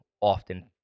often